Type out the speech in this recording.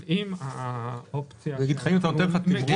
אם ההסכמה מקושרת